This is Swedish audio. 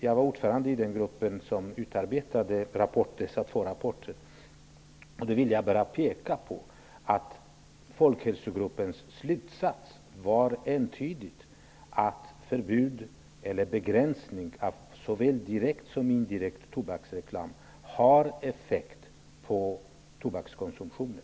Jag var ordförande i den grupp som utarbetade de två rapporterna, och jag vill bara peka på att Folkhälsogruppens slutsats entydigt var att förbud mot eller begränsning av tobaksreklam, oavsett om den är direkt eller indirekt, har effekt på tobakskonsumtionen.